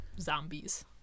Zombies